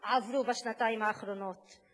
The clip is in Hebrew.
שעברו בשנתיים האחרונות,